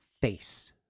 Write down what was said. face